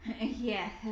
Yes